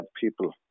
people